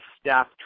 staff